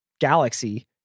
galaxy